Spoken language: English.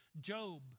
Job